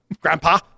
Grandpa